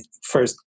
first